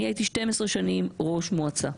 אני הייתי 12 שנים ראש מועצה.